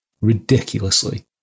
ridiculously